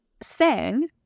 sang